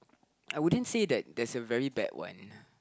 I wouldn't say that there's a very bad one